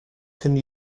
can